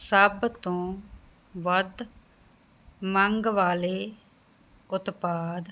ਸਭ ਤੋਂ ਵੱਧ ਮੰਗ ਵਾਲੇ ਉਤਪਾਦ